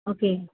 okay